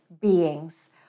beings